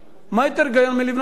מה יותר הגיוני מלבנות דירות קטנות?